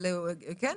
אבל כן.